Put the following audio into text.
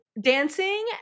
dancing